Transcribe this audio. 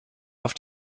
auf